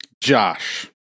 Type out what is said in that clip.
Josh